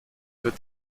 wird